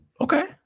Okay